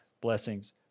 blessings